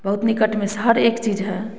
बहुत निकट में सब हर एक चीज है